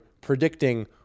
predicting